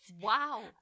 wow